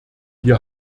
wir